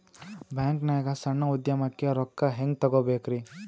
ಬ್ಯಾಂಕ್ನಾಗ ಸಣ್ಣ ಉದ್ಯಮಕ್ಕೆ ರೊಕ್ಕ ಹೆಂಗೆ ತಗೋಬೇಕ್ರಿ?